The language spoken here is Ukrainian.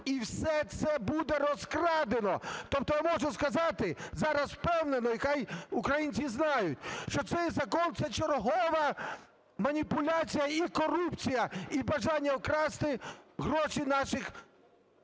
і все це буде розкрадено. Тобто я можу сказати зараз впевнено, і хай українці знають, що цей закон – це чергова маніпуляція і корупція, і бажання вкрасти гроші наших